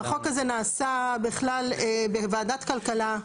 החוק הזה נעשה בכלל בוועדת כלכלה.